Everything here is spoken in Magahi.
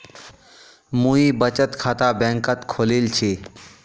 मुई बचत खाता बैंक़त खोलील छि